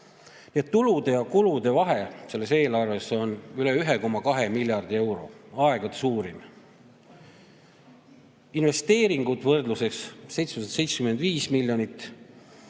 tulude ja kulude vahe selles eelarves on üle 1,2 miljardi euro – aegade suurim. Investeeringuid on, toon võrdluseks, 775 miljonit.